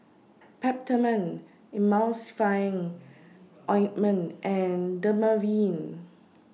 Peptamen Emulsying Ointment and Dermaveen